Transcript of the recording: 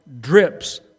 drips